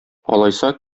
алайса